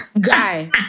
Guy